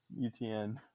UTN